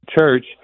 Church